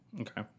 Okay